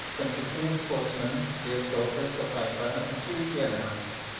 consisting of sportsmen, deer-stalkers, a piper and two deer-hounds,